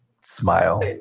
Smile